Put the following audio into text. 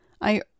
I